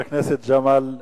הכנסת ג'מאל זחאלקה.